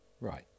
Right